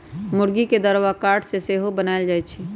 मूर्गी के दरबा काठ से सेहो बनाएल जाए छै